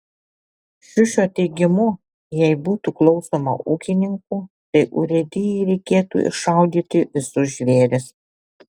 šiušio teigimu jei būtų klausoma ūkininkų tai urėdijai reikėtų iššaudyti visus žvėris